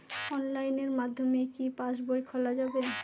অনলাইনের মাধ্যমে কি পাসবই খোলা যাবে?